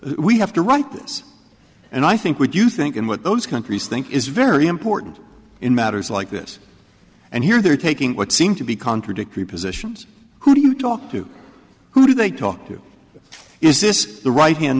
we have to write this and i think what you think and what those countries think is very important in matters like this and here they're taking what seem to be contradictory positions who do you talk to who do they talk to is this the right hand